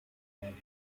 ignited